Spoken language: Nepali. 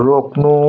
रोक्नु